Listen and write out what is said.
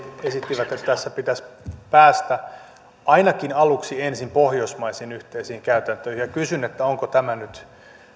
esittivät että tässä pitäisi päästä ainakin aluksi ensin pohjoismaisiin yhteisiin käytäntöihin ja kysyn onko tämä nyt